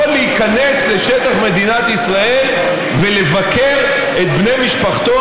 יכול להיכנס לשטח מדינת ישראל ולבקר את בני משפחתו,